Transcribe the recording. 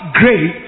great